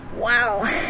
wow